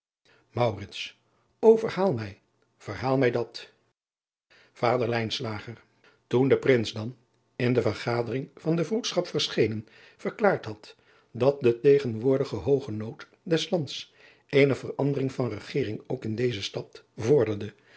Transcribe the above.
o erhaal mij verhaal mij dat ader oen de rins dan in de vergadering van de roedschap verschenen verklaard had dat de tegenwoordige hooge nood des ands eene verandering van egering ook in deze stad vorderde